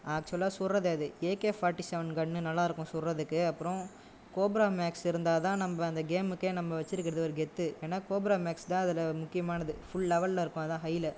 ஆக்சுவலாக சுடுறது அது ஏகே ஃபார்ட்டி சவென் கன் நல்லா இருக்கும் சுடுறத்துக்கு அப்புறம் கோப்ரா மேக்ஸ் இருந்தால்தான் நம்ம அந்த கேமுக்கு நம்ம வச்சுருக்குறது ஒரு கெத்து இல்லைனா கோப்ரா மேக்ஸ் தான் அதில் முக்கியமானது ஃபுல் லெவலில் இருக்கும் அதுதான் ஹையில்